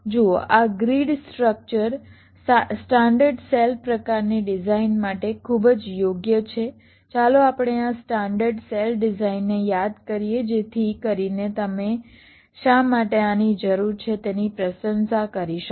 જુઓ આ grid structure standard cell પ્રકારની ડિઝાઇન માટે ખૂબ જ યોગ્ય છે ચાલો આપણે આ સ્ટાન્ડર્ડ સેલ ડિઝાઇનને યાદ કરીએ જેથી કરીને તમે શા માટે આની જરૂર છે તેની પ્રશંસા કરી શકો